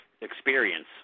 experience